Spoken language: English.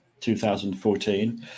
2014